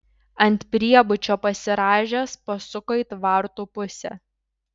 ant priebučio pasirąžęs pasuko į tvartų pusę